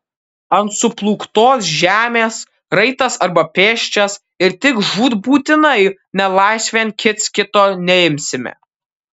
ant suplūktos žemės raitas arba pėsčias ir tik žūtbūtinai nelaisvėn kits kito neimsime